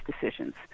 decisions